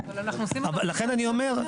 לכן אני אומר.